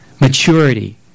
Maturity